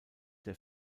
der